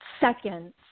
seconds